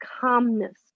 calmness